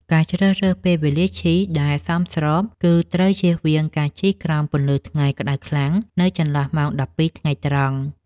ការជ្រើសរើសពេលវេលាជិះដែលសមស្រប គឺត្រូវជៀសវាងការជិះក្រោមពន្លឺថ្ងៃក្ដៅខ្លាំងនៅចន្លោះម៉ោង ១២ ថ្ងៃត្រង់។